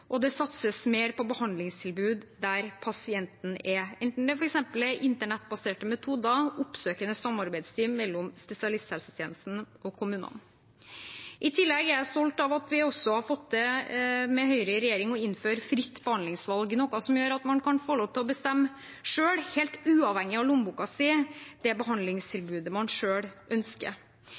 og det satses mer på behandlingstilbud der pasienten er, enten det er f.eks. Internett-baserte metoder eller oppsøkende samarbeidsteam mellom spesialisthelsetjenesten og kommunene. I tillegg er jeg stolt av at vi med Høyre i regjering også har fått til å innføre fritt behandlingsvalg, noe som gjør at man kan få lov til å bestemme selv, helt uavhengig av lommeboken sin, det behandlingstilbudet man selv ønsker.